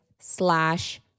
slash